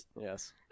Yes